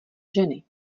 ženy